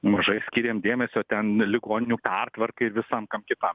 mažais skyrėm dėmesio ten ligoninių pertvarkai visam kam kitam